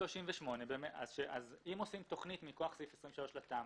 אם עושים תכנית מכוח סעיף 23 לתמ"א,